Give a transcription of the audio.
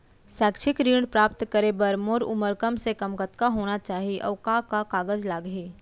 शैक्षिक ऋण प्राप्त करे बर मोर उमर कम से कम कतका होना चाहि, अऊ का का कागज लागही?